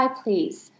please